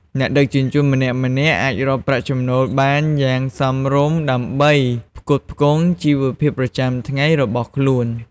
អ្នកដឹកជញ្ជូនម្នាក់ៗអាចរកប្រាក់ចំណូលបានយ៉ាងសមរម្យដើម្បីផ្គត់ផ្គង់ជីវភាពប្រចាំថ្ងៃរបស់ខ្លួន។